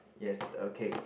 yes okay